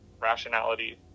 rationality